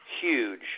huge